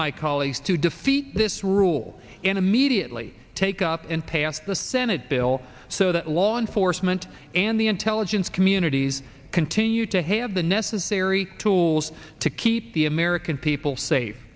my colleagues to defeat this rule and immediately take up and pass the senate bill so that law enforcement and the intelligence communities continue to have the necessary tools to keep the american people safe